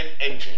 engine